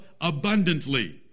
abundantly